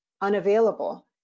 unavailable